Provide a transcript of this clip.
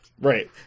Right